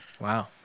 Wow